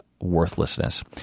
worthlessness